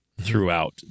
throughout